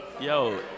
Yo